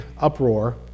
uproar